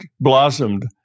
blossomed